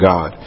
God